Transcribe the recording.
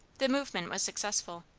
the movement was successful.